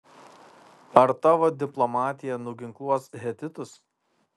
ar tavo diplomatija nuginkluos hetitus